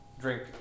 drink